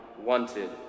wanted